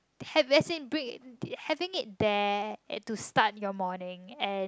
have as in bring it having it there and to start your morning and